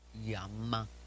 Yum